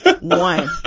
one